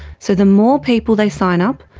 so the more people they sign up,